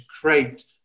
create